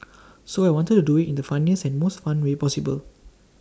so I wanted to do IT in the funniest and most fun way possible